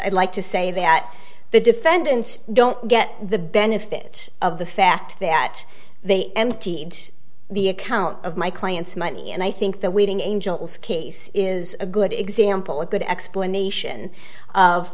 i'd like to say that the defendant don't get the benefit of the fact that they emptied the account of my client's money and i think the waiting angel's case is a good example a good explanation of